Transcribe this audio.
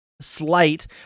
slight